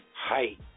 Height